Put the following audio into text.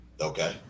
Okay